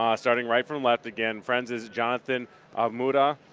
um starting right from left again, friends is jonathan ahumada.